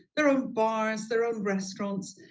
their own boors, their own restaurants,